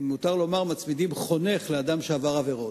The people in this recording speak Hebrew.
אם מותר לומר, מצמידים חונך לאדם שעבר עבירות.